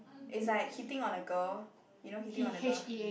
it's like hitting on a girl you know hitting on a girl